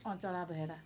Chanchala Behera